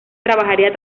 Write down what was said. trabajaría